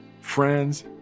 friends